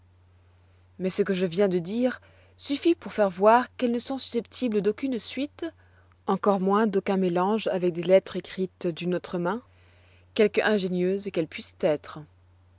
mais ce que je viens de dire suffit pour faire voir qu'elles ne sont susceptibles d'aucune suite encore moins d'aucun mélange avec des lettres écrites d'une autre main quelque ingénieuses qu'elles puissent être